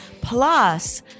plus